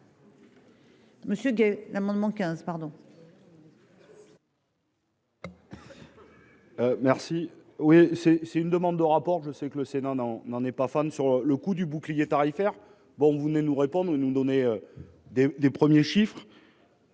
Monsieur l'amendement 15 pardon. Merci. Oui c'est c'est une demande de rapport je sais que le Sénat n'en n'en est pas fan sur le coût du bouclier tarifaire. Bon vous venez nous répondre nous donner. Des des premiers chiffres.